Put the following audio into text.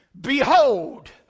Behold